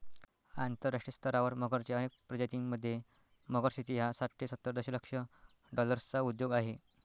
आंतरराष्ट्रीय स्तरावर मगरच्या अनेक प्रजातीं मध्ये, मगर शेती हा साठ ते सत्तर दशलक्ष डॉलर्सचा उद्योग आहे